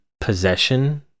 possession